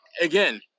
again